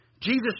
Jesus